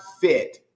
fit